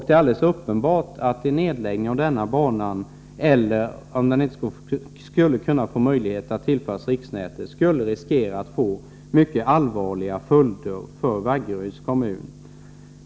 Det är alldeles uppenbart att om järnvägen läggs ned eller banan inte skulle komma att tillföras riksnätet, skulle detta kunna innebära mycket allvarliga följder för Vaggeryds kommun.